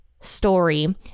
story